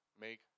make